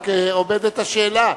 רק עומדת השאלה.